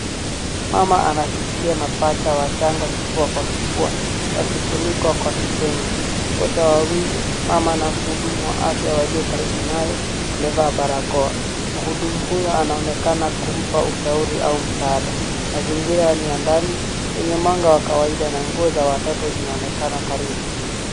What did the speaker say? Mama anashikilia mapacha wachanga kifua kwa kifua wakifunikwa kwa kitenge. Wote wawili mama na mhudumu wa afya aliye karibu naye wamevaa barakoa. Mhudumu huyo anaonekana kumpa ushauri au msaada. Mazingira ni ya ndani, yenye mwanga wa kawaida na nguo za watoto zinaonekana karibu.